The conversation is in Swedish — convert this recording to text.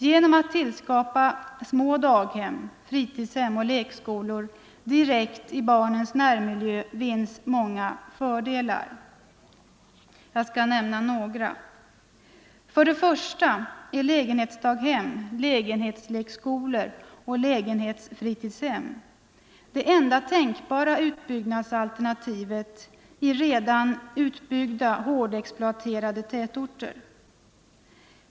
Genom att tillskapa små daghem, fritidshem och lekskolor direkt i barnens närmiljö vinns många fördelar. Jag skall nämna några. För det första är lägenhetsdaghem, lägenhetslekskolor och lägenhetsfritidshem det enda tänkbara utbyggnadsalternativet i redan hårdexploaterade tätorter.